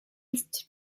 ist